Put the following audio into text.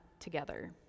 together